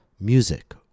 music